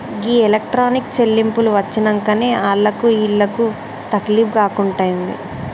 గీ electronic చెల్లింపులు వచ్చినంకనే ఆళ్లకు ఈళ్లకు తకిలీబ్ గాకుంటయింది